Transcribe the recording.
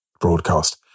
broadcast